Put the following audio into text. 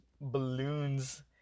balloons